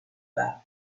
that